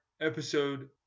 episode